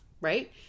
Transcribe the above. right